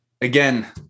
again